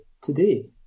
today